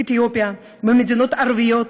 מאתיופיה וממדינות ערביות,